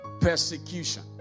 persecution